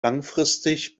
langfristig